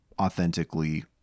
authentically